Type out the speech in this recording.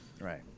Right